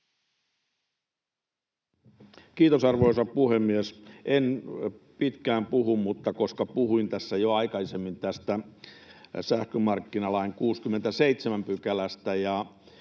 Kiitos, arvoisa puhemies! En puhu pitkään, mutta koska puhuin tässä jo aikaisemmin tästä sähkömarkkinalain 67 §:stä